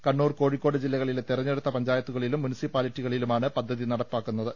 കണ്ണൂർ കോഴിക്കോട് ജില്ലകളിലെ തെരഞ്ഞെടുത്ത പഞ്ചായത്തുകളിലും മുൻസിപ്പാലിറ്റികളിലുമാണ് പദ്ധതി നടപ്പാക്കിയത്